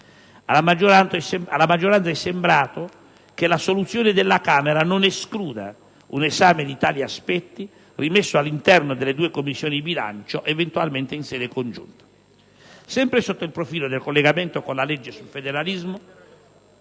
Alla maggioranza è sembrato che la soluzione della Camera non escluda un esame di tali aspetti, rimesso all'interno delle due Commissioni bilancio, eventualmente in sede congiunta. Sempre sotto il profilo del collegamento con la legge sul federalismo,